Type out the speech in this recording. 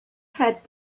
had